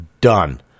done